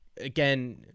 Again